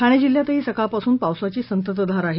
ठाणे जिल्ह्यातही सकाळपासून पावसाची संततधार आहे